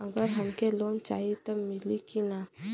अगर हमके लोन चाही त मिली की ना?